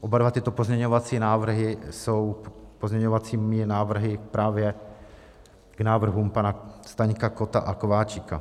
Oba dva tyto pozměňovací návrhy jsou pozměňovacími návrhy právě k návrhům pana Staňka, Kotta a Kováčika.